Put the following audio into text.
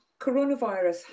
coronavirus